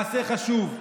מעשה חשוב,